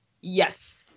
Yes